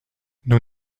nous